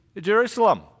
Jerusalem